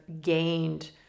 gained